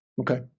Okay